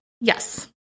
Yes